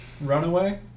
Runaway